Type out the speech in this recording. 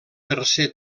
tercer